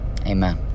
amen